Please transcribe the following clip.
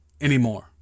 anymore